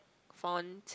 fun